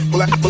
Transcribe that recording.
Black